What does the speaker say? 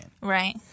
Right